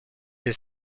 the